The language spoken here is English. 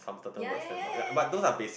ya ya ya ya ya ya ya